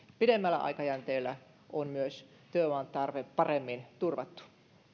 pidemmällä aikajänteellä on työvoiman tarve paremmin turvattu